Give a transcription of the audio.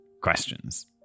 questions